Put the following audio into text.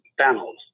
Panels